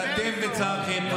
אני משתתף בצערכם.